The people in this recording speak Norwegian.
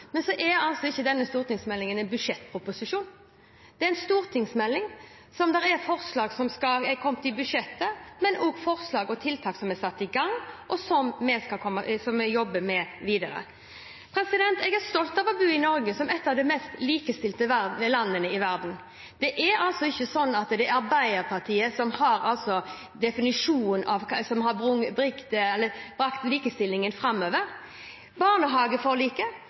Men så er ikke denne stortingsmeldingen en budsjettproposisjon. Det er en stortingsmelding, hvor det er forslag som er kommet i budsjettet, men også forslag og tiltak som er satt i gang, og som vi jobber videre med. Jeg er stolt av å bo i Norge som et av de mest likestilte landene i verden. Det er ikke sånn at det er Arbeiderpartiet som har definisjonen av hva som har brakt likestillingen framover. Barnehageforliket,